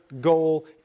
goal